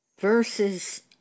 verses